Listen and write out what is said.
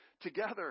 together